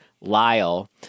lyle